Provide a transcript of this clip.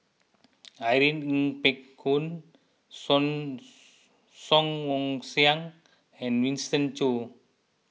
Irene Ng Phek Hoong Song Song Ong Siang and Winston Choos